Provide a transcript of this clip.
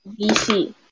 DC